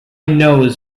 knows